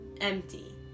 empty